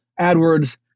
AdWords